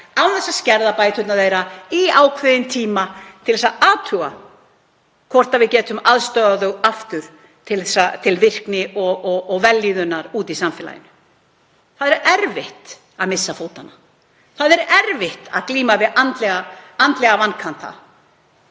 án þess að skerða bætur þeirra í ákveðinn tíma til að athuga hvort við getum aðstoðað þau aftur til virkni og vellíðunar úti í samfélaginu. Það er erfitt að missa fótanna. Það er erfitt að glíma við andlega vankanta.